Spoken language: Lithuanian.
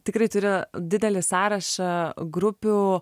tikrai turi didelį sąrašą grupių